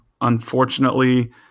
unfortunately